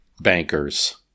bankers